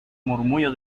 murmullo